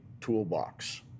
toolbox